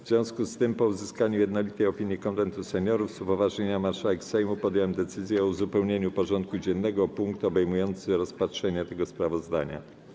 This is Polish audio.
W związku z tym, po uzyskaniu jednolitej opinii Konwentu Seniorów, z upoważnienia marszałek Sejmu podjąłem decyzję o uzupełnieniu porządku dziennego o punkt obejmujący rozpatrzenie tego sprawozdania.